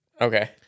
Okay